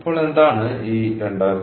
ഇപ്പോൾ എന്താണ് ഈ 2500 MWH